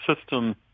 system